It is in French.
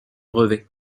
brevets